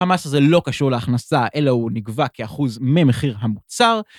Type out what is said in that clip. המס הזה לא קשור להכנסה, אלא הוא נקבע כאחוז ממחיר המוצר.